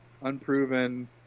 unproven